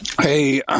Hey